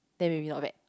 then will be not bad